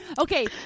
Okay